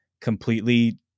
completely